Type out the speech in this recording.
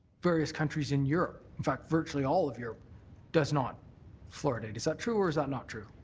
various countries in europe. in fact, virtually all of europe does not fluoridate. is that true or is that not true?